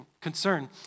concern